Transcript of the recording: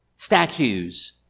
Statues